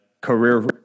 career